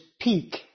peak